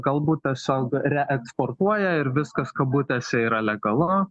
galbūt tiesiog reeksportuoja ir viskas kabutėse yra legalu